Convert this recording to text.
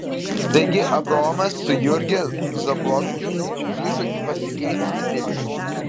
taigi abraomas su jurgiu zablockiu grįžo į pasikeitusį vilnių